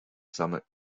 summit